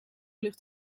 ligt